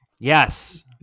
Yes